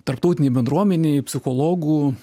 tarptautinėj bendruomenėj psichologų